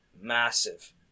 Massive